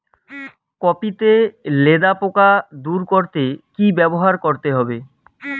Copy তে লেদা পোকা দূর করতে কি ব্যবহার করতে হবে?